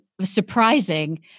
surprising